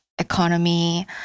economy